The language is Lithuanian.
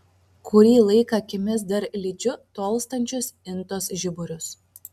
kurį laiką akimis dar lydžiu tolstančius intos žiburius